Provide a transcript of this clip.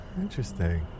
Interesting